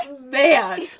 Man